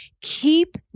keep